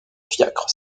fiacre